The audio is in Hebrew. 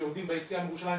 כשיורדים ביציאה מירושלים,